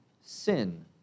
sin